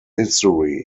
history